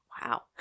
Wow